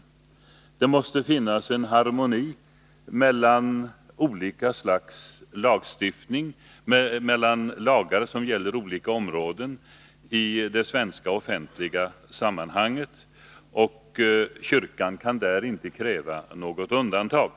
Det måste finnas en harmoni mellan olika slags lagstiftning, mellan lagar som gäller olika områden i det svenska offentliga sammanhanget, och kyrkan kan där inte kräva något undantag.